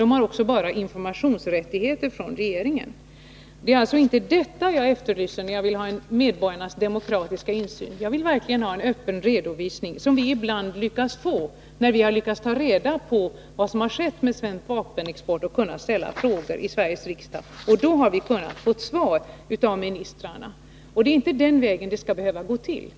Den har heller inte beslutanderätt. Den kan enbart få information från regeringen. Det är alltså inte detta jag efterlyser när jag vill ha en medborgarnas demokratiska insyn. Jag vill verkligen ha en öppen redovisning, som vi ibland får när vi lyckats ta reda på vad som skett med svensk vapenexport och kunnat ställa frågor i Sveriges riksdag. Då har vi kunnat få svar av ministrarna. Det är inte den vägen vi skall behöva gå.